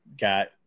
got